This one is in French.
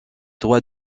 droits